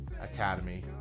academy